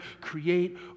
create